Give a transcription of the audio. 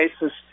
basis